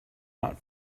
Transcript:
not